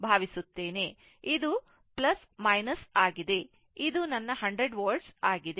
ಇದು ಆಗಿದೆ ಇದು ನನ್ನ 100 volt ಆಗಿದೆ